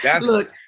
look